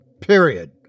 Period